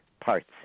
parts